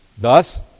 Thus